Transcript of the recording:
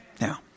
Now